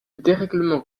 dérèglement